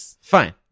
fine